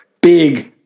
big